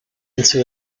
into